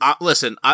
listen